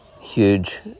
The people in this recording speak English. huge